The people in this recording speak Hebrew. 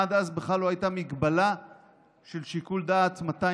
עד אז בכלל לא הייתה הגבלה של שיקול דעת מתי